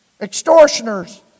extortioners